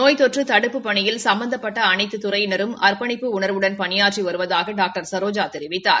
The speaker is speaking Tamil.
நோய் தொற்று தடுப்புப் பணியில் சம்பந்தப்பட்ட அனைத்துத் துறையினரும் அா்ப்பணிப்பு உணா்வுடன் பணியாற்றி வருவதாக டாக்டர் சரோஜா தெரிவித்தார்